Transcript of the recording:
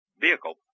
vehicle